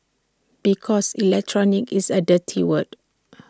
because electronic is A dirty word